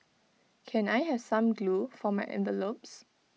can I have some glue for my envelopes